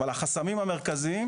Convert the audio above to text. אבל החסמים המרכזיים,